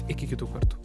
iki kitų kartų